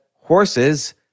horses